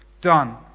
done